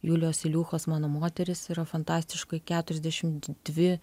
julijos iliuchos mano moterys yra fantastiška keturiasdešimt dvi